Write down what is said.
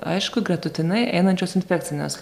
aišku gretutinai einančios infekcinės